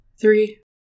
three